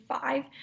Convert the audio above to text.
five